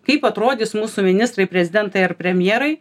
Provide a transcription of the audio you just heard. kaip atrodys mūsų ministrai prezidentai ar premjerai